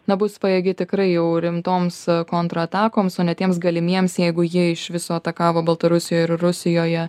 na bus pajėgi tikrai jau rimtoms kontratakoms o ne tiems galimiems jeigu jie iš viso atakavo baltarusijoj ir rusijoje